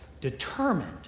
determined